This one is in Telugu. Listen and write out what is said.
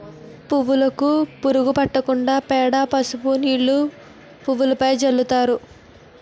పువ్వులుకు పురుగు పట్టకుండా పేడ, పసుపు నీళ్లు పువ్వులుపైన చల్లుతారు